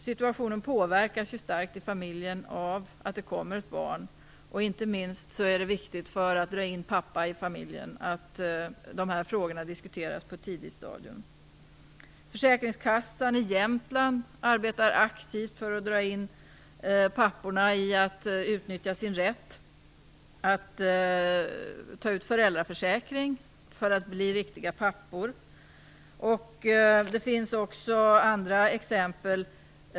Situationen i familjen påverkas ju starkt av att det kommer ett barn. Inte minst för att dra in pappan i en familj är det viktigt att de här frågorna diskuteras på ett tidigt stadium. Försäkringskassan i Jämtland arbetar aktivt för att få papporna att utnyttja sin rätt att ta ut sin föräldraförsäkring för att bli riktiga pappor. Det finns också andra exempel.